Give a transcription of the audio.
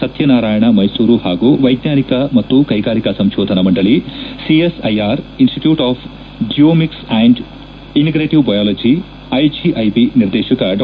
ಸತ್ಯನಾರಾಯಣ ಮೈಸೂರು ಹಾಗೂ ವೈಜ್ಞಾನಿಕ ಮತ್ತು ಕೈಗಾರಿಕಾ ಸಂಕೋಧನಾ ಮಂಡಳಿ CSIR institute of genomics and integrative biology IGIB ನಿರ್ದೇಶಕ ಡಾ